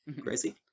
Crazy